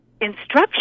instruction